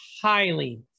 highly